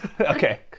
okay